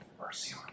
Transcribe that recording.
mercy